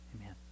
Amen